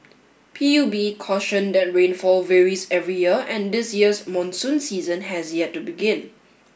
P U B cautioned that rainfall varies every year and this year's monsoon season has yet to begin